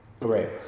Right